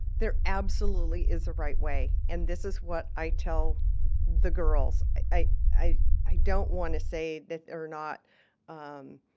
there absolutely is a right way, and this is what i tell the girls i i don't want to say that there are not um